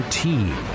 team